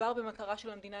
כשמדובר במטרה של המדינה,